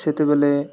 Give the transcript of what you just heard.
ସେତେବେଲେ